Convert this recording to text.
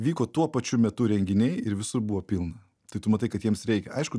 vyko tuo pačiu metu renginiai ir visur buvo pilna tai tu matai kad jiems reikia aišku